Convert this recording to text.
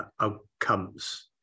outcomes